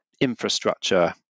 infrastructure